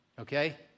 okay